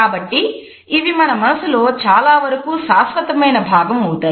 కాబట్టి ఇవి మన మనసులో చాలావరకూ శాశ్వతమైన భాగం అవుతాయి